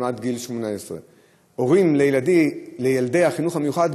שהם עד גיל 18. הורים לילדי החינוך המיוחד,